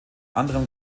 anderem